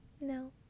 No